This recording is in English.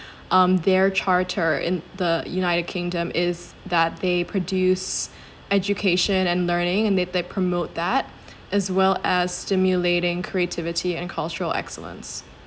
um their charter in the united kingdom is that they produce education and learning and they they promote that as well as stimulating creativity and cultural excellence